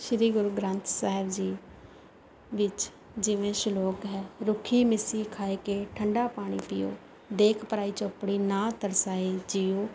ਸ੍ਰੀ ਗੁਰੂ ਗ੍ਰੰਥ ਸਾਹਿਬ ਜੀ ਵਿੱਚ ਜਿਵੇਂ ਸ਼ਲੋਕ ਹੈ ਰੁੱਖੀ ਮਿਸੀ ਖਾਇ ਕੈ ਠੰਡਾ ਪਾਣੀ ਪੀਓ ਦੇਖਿ ਪਰਾਈ ਚੋਪੜੀ ਨਾ ਤਰਸਾਏ ਜੀਉ